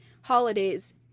holidays